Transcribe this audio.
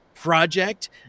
project